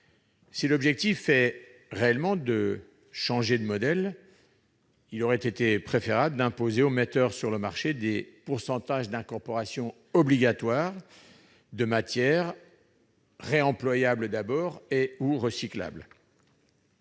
Si l'objectif est réellement de changer de modèle, il aurait été préférable d'imposer aux metteurs sur le marché des pourcentages d'incorporation de matières réemployables ou recyclables.